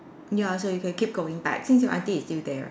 ya so you can keep going back since your aunty is still there right